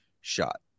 shot